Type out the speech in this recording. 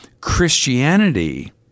Christianity